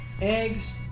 eggs